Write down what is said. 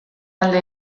alde